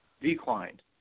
declined